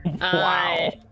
Wow